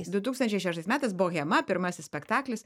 du tūkstančiai šeštais metais bohema pirmasis spektaklis